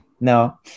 no